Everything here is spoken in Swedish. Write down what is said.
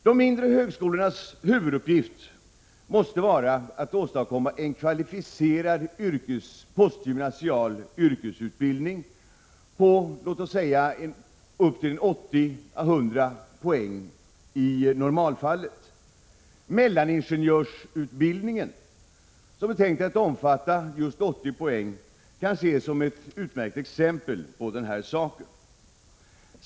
De mindre högskolornas huvuduppgift måste vara att åstadkomma en kvalificerad postgymnasial yrkesutbildning på låt oss säga 80—100 poäng i normalfallet. Mellaningenjörsutbildningen, som är tänkt att omfatta just 80 poäng, kan ses som ett utmärkt exempel på detta.